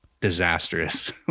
disastrous